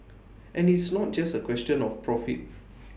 any it's not just A question of profit